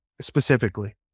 specifically